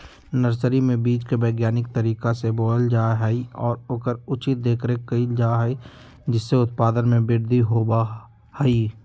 nursery में बीज के वैज्ञानिक तरीका से बोयल जा हई और ओकर उचित देखरेख कइल जा हई जिससे उत्पादन में वृद्धि होबा हई